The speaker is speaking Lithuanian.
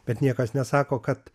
bet niekas nesako kad